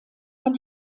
man